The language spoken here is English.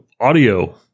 Audio